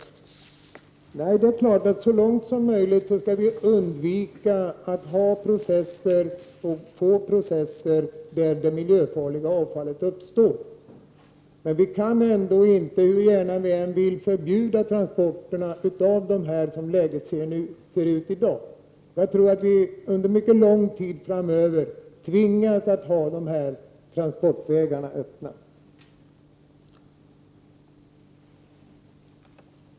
Det är klart att vi så långt som möjligt skall undvika processer där det uppstår miljöfarligt avfall. Men vi kan inte, hur gärna vi än vill, förbjuda farliga transporter som läget är i dag. Jag tror att vi under mycket lång tid framöver tvingas att ha transportvägarna öppna.